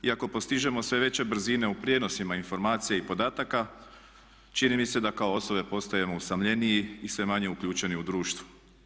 Iako postižemo sve veće brzine u prijenosima informacija i podataka čini mi se da kao osobe postajemo usamljeniji i sve manje uključeni u društvo.